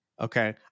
okay